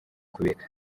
kubireka